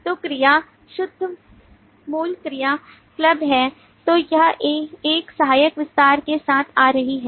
तो क्रिया शुद्ध मूल क्रिया क्लब है तो यह एक सहायक विस्तार के साथ आ रही है